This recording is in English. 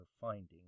finding